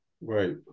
Right